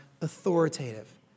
authoritative